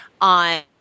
on